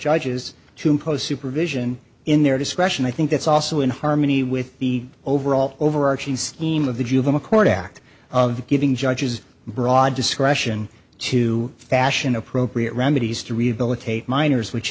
judges to impose supervision in their discretion i think that's also in harmony with the overall overarching theme of the juvenile court act of giving judges broad discretion to fashion appropriate remedies to rehabilitate minors which